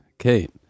Kate